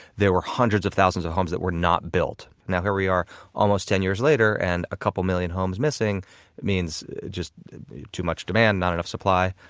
there were hundreds of thousands of homes that were not built. now here we are almost ten years later, and a couple million homes missing means just too much demand, not enough supply.